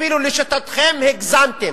אפילו לשיטתכם, הגזמתם.